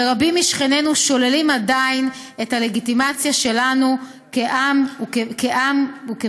ורבים משכנינו שוללים עדיין את הלגיטימציה שלנו כעם וכמדינה.